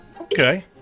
Okay